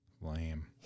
Lame